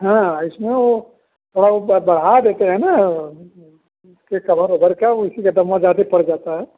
हाँ इसमें वो थोड़ा वो बढ़ बढ़ा देते हैं न के कबर ओबर का उसी का दमवा ज्यादे पड़ जाता है